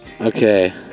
Okay